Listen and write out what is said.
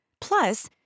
Plus